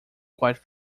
quite